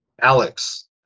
Alex